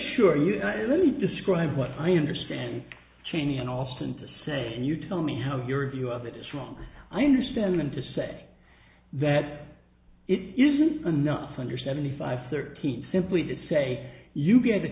sure you let me describe what i understand cheney and alston to say and you tell me how your view of it is wrong i understand them to say that it isn't enough when you're seventy five thirteen simply that say you get a